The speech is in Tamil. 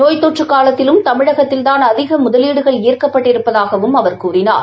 நோய் தொற்று காலத்திலும் தமிழகத்தில்தான் அதிக முதலீடுகள் ஈர்க்கப்பட்டிருப்பதாகவும் அவர் கூறினார்